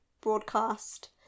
broadcast